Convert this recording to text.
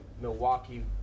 Milwaukee